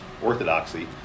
orthodoxy